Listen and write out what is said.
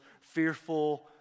fearful